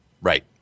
Right